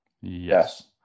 Yes